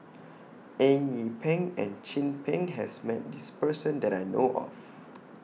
Eng Yee Peng and Chin Peng has Met This Person that I know of